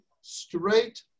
straight